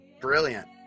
brilliant